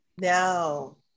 No